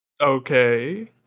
Okay